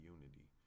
Unity